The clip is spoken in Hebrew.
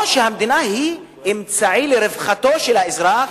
או שהמדינה היא אמצעי לרווחתו של האזרח,